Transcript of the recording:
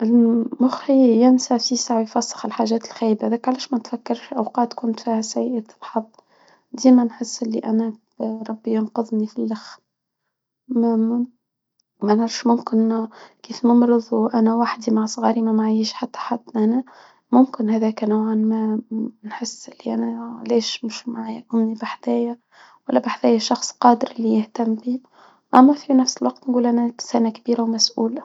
مخي ينسي يفسر الحاجات الخايبة ذاك علاش ما نفكرش في اوقات كنت فيها سيئة الحظ ديما نحس ان انا ربي ينقذنى في الاخر كيفما مرضت انا وحدى مع صغارى مامعيش حد انا ممكن هذاك نوعا ما نحس انايعني معلش مش معايا امى بحدايا ولا بحدايا شخص قادر لي يهتم بيا اما في نفس الوقت نقول انا كبيرة ومسؤلة